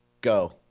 Go